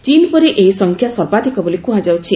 ଚୀନ୍ ପରେ ଏହି ସଂଖ୍ୟା ସର୍ବାଧିକ ବୋଲି କୁହାଯାଉଛି